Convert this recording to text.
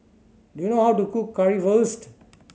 do you know how to cook Currywurst